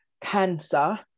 cancer